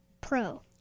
pro